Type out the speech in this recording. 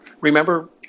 Remember